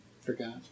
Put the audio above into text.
Forgot